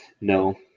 No